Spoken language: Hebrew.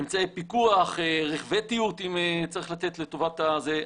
אמצעי פיקוח, רכבי טאטוא אם צריך לתת לטובת זה.